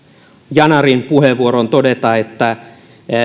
yanarin puheenvuoroon todeta että